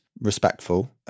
respectful